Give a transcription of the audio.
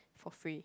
for free